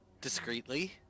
Discreetly